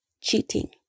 cheating